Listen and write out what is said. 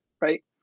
right